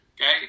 Okay